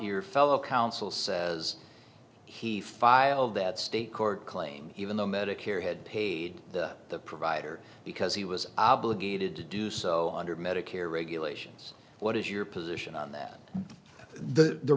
your fellow counsel says he filed that state court claim even though medicare had paid the provider because he was obligated to do so under medicare regulations what is your position on that the